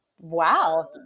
wow